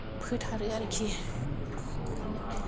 फोथारो आरोखि बेनो बे